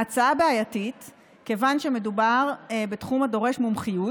ההצעה בעייתית כיוון שמדובר בתחום הדורש מומחיות